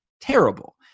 terrible